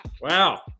wow